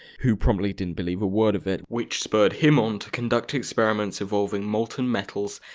who probably didn't believe a word of it, which spurred him on to conduct experiments involving molten metals.